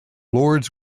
lourdes